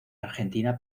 argentina